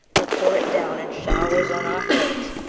will pour it down in showers on our heads,